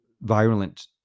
violent